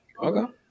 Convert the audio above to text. Okay